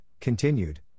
continued